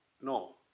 No